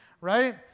right